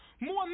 More